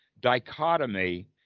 dichotomy